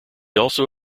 also